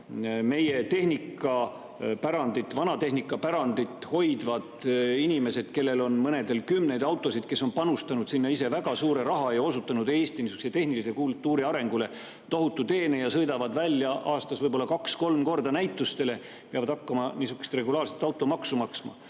muretsema. Meie vanatehnika pärandit hoidvad inimesed, kellest mõnel on kümneid autosid, kes on panustanud sinna ise väga suure raha, osutanud niisuguse tehnilise kultuuri arengule Eestis tohutu teene ja sõidavad välja aastas võib-olla kaks-kolm korda näitustele, peavad hakkama regulaarset automaksu maksma.